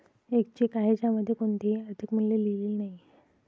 एक चेक आहे ज्यामध्ये कोणतेही आर्थिक मूल्य लिहिलेले नाही